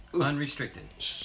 Unrestricted